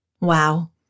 Wow